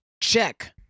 Check